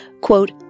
quote